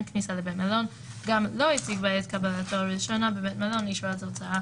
כניסה לבית מלון - גם לא הציג בעת קבלתו לראשונה בבית המלון אישור על תוצאה